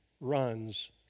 runs